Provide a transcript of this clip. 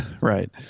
Right